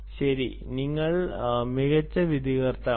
ശരി നിങ്ങൾ മികച്ച വിധികർത്താവാണ്